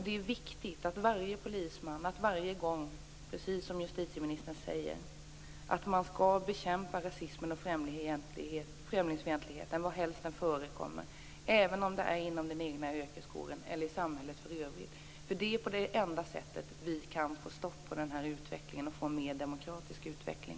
Det är viktigt att varje polisman vid varje tillfälle, precis som justitieministern säger, skall bekämpa rasism och främlingsfientlighet var helst detta förekommer, oavsett om det är inom den egna yrkeskåren eller i samhället i övrigt. Det är det enda sättet att få stopp på det och få en mer demokratisk utveckling.